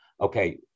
okay